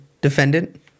Defendant